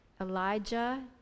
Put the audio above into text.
Elijah